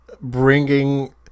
Bringing